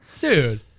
Dude